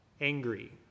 angry